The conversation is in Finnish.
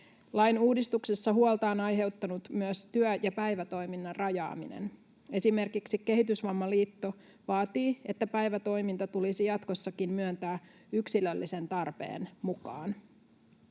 Lain uudistuksessa huolta on aiheuttanut myös työ- ja päivätoiminnan rajaaminen. Esimerkiksi Kehitysvammaliitto vaatii, että päivätoiminta tulisi jatkossakin myöntää yksilöllisen tarpeen mukaan,